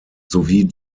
sowie